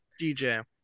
DJ